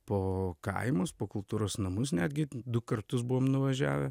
po kaimus po kultūros namus netgi du kartus buvom nuvažiavę